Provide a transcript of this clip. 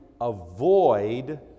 avoid